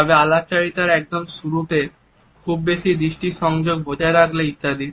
তবে আলাপচারিতার একদম শুরুতে খুব বেশি দৃষ্টি সংযোগ বজায় রাখলে ইত্যাদি